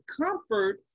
comfort